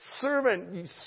servant